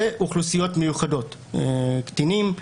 ואוכלוסיות מיוחדות: קטינים,